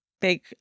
big